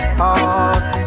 heart